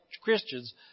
Christians